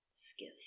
Skiff